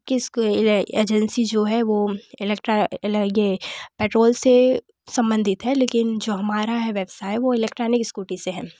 सबकी किस एजेंसी जो है वह इलेक्ट्रा पेट्रोल से संबंधित है लेकिन जो हमारा है व्यवसाय वह इलेक्ट्रॉनिक इस्कूटी से है